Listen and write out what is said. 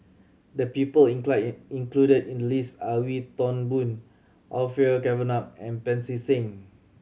the people in included in list are Wee Toon Boon Orfeur Cavenagh and Pancy Seng